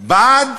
בעד